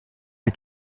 est